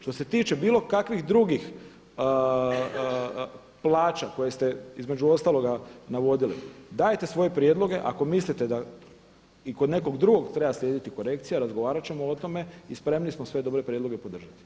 Što se tiče bilo kakvih drugih plaća koje ste između ostaloga navodili, dajte svoje prijedloge ako mislite da i kod nekog drugog treba slijediti korekcije, razgovarat ćemo o tome i spremni smo sve dobre prijedloge podržati.